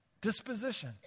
disposition